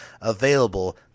available